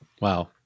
Wow